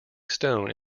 stone